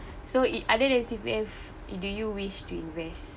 so it other than C_P_F do you wish to invest